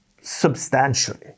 substantially